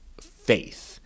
faith